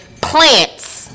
plants